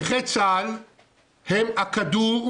נכי צה"ל הם הכדור,